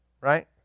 Right